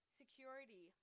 security